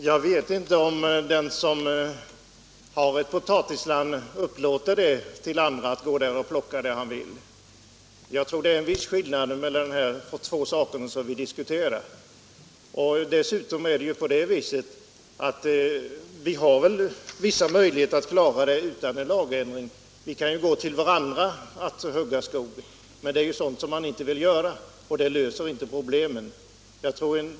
Herr talman! Jag vet inte om den som har ett potatisland upplåter det till någon annan, som får gå där och plocka hur han vill. Det är en viss skillnad mellan potatislandet och det som vi diskuterar nu, skogsavfall. Dessutom har vi vissa möjligheter att klara oss från denna beskattning utan en lagändring. Vi kan gå till varandra för att hugga skog - men det är sådant man inte vill göra, och det löser inte problemen.